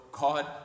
God